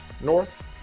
North